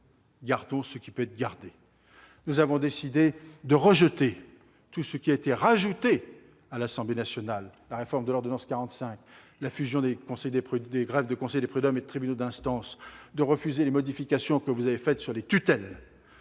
Gardons ce qui peut être gardé ! Nous avons en revanche décidé de rejeter tout ce qui a été rajouté à l'Assemblée nationale : la réforme de l'ordonnance de 1945, la fusion des greffes des conseils de prud'hommes et des tribunaux d'instance, ou encore les modifications que vous avez faites sur les tutelles.